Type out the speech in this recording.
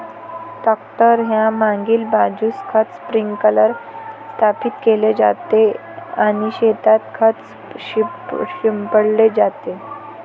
tractor च्या मागील बाजूस खत स्प्रिंकलर स्थापित केले जाते आणि शेतात खत शिंपडले जाते